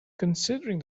considering